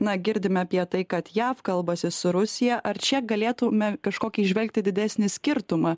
na girdime apie tai kad jav kalbasi su rusija ar čia galėtume kažkokį įžvelgti didesnį skirtumą